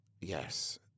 Yes